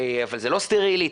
אבל זה לא סטרילי,